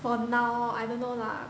for now I don't know lah